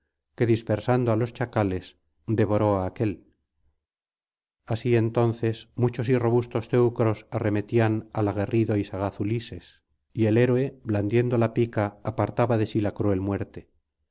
que dispersando á los chacales devoró á aquel así entonces muchos y robustos teucros arremetían al aguerrido y sagaz ulises y el héroe blandiendo la pica apartaba de sí la cruel muerte